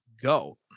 go